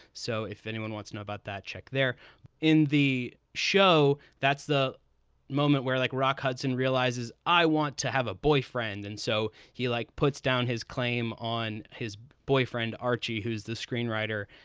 so if anyone wants to know about that check, they're in the show. that's the moment where like rock hudson realizes. i want to have a boyfriend. and so he, like, puts down his claim on his boyfriend, archie, who's the screenwriter.